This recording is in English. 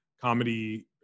comedy